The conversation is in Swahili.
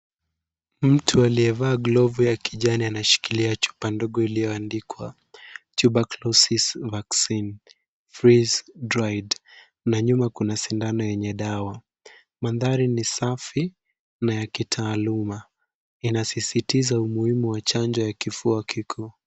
Mtu aliyevaa glovu ya kijani anashikilia chupa ndogo iliyoandikwa tuberculosis vaccine freeze dried na nyuma kuna sindano yenye dawa. Mandhari ni safi na ya kitaaluma. Inasisitiza umuhimu wa chanjo ya kifua kikuu.